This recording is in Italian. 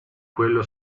quello